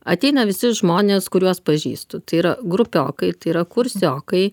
ateina visi žmonės kuriuos pažįstu tai yra grupiokai tai yra kursiokai